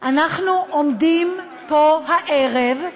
אנחנו עומדים פה הערב,